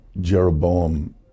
Jeroboam